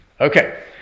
Okay